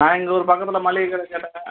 நான் இங்கே ஒரு பக்கத்தில் மல்லிகை கடையில் கேட்டேன்